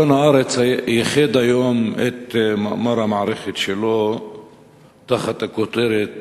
עיתון "הארץ" פרסם היום את מאמר המערכת שלו תחת הכותרת